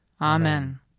Amen